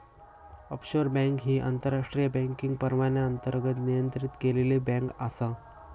offshore bank ही आंतरराष्ट्रीय banking परवान्याअंतर्गत नियंत्रित केलेली बँक आसा